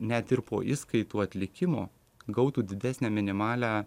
net ir po įskaitų atlikimo gautų didesnę minimalią